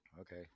Okay